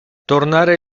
tornare